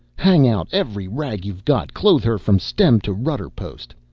hang out every rag you've got! clothe her from stem to rudder-post!